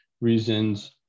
reasons